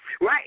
Right